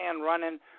running